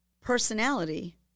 personality